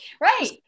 Right